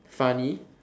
funny